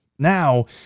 Now